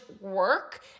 work